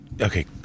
okay